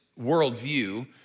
worldview